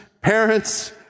parents